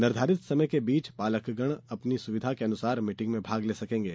निर्धारित समय के बीच पालकगण अपनी सुविधा के अनुसार मीटिंग में भाग ले सकेंगे